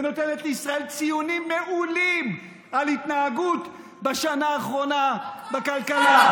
ונותנת לישראל ציונים מעולים על ההתנהגות בשנה האחרונה בכלכלה.